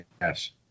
Yes